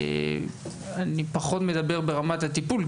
אני מדבר גם ברמת הטיפול,